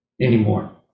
anymore